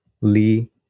Lee